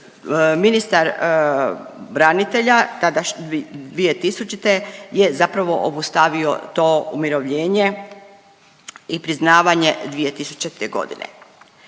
ministar branitelja tadašnji 2000. je zapravo obustavio to umirovljenje i priznavanje 2000. godine.